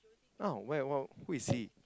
oh where what who is he